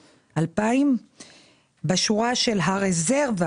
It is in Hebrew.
בשורה של הרזרבה,